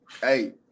hey